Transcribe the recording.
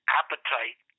appetite